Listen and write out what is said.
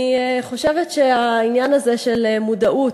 אני חושבת שהעניין הזה של מודעות,